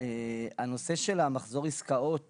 לנושא של מחזור העסקאות